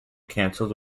cancelled